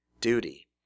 duty